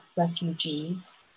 Refugees